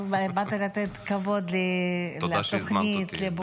אבל באת לתת כבוד לתוכנית -- תודה שהזמנת אותי,